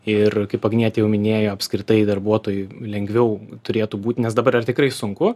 ir kaip agnietė jau minėjo apskritai darbuotojui lengviau turėtų būt nes dabar yra tikrai sunku